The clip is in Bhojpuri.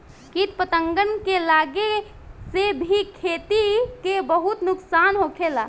किट पतंगन के लागे से भी खेती के बहुत नुक्सान होखेला